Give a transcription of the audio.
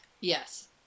Yes